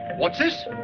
what's this?